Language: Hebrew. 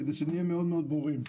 כדי שנהיה מאוד ברורים,